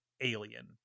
alien